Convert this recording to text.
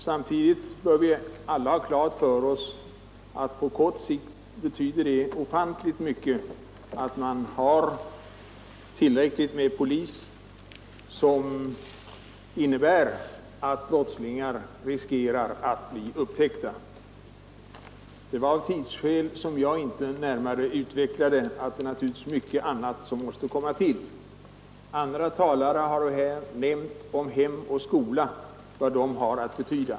Samtidigt bör vi alla ha klart för oss att det på kort sikt betyder ofantligt mycket att man har tillräckligt med polis, vilket gör att brottslingar riskerar att bli upptäckta. Det var av tidsskäl som jag inte närmare utvecklade tankegången och nämnde, att naturligtvis också mycket annat måste komma till — andra talare har här nämnt vad exempelvis hem och skola har att betyda.